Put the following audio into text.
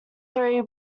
three